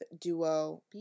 duo